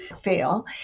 fail